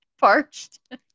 parched